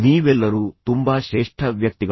ನೀವೆಲ್ಲರೂ ತುಂಬಾ ಶ್ರೇಷ್ಠ ವ್ಯಕ್ತಿಗಳು